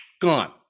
gone